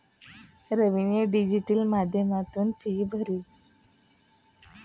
रवीने डिजिटल माध्यमातून फी भरली